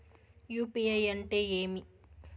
UPI అంటే ఏమి?